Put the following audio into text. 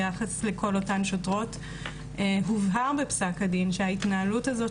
ביחס לכל אותן שוטרות הובהר בפסק הדין שההתנהלות הזאת